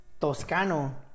Toscano